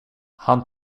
han